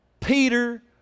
Peter